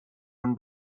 den